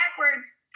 backwards